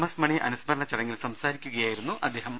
S Mani അനുസ്മരണ ചടങ്ങിൽ സംസാരിക്കുകയായിരുന്നു അദ്ദേഹം